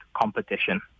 competition